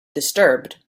disturbed